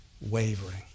wavering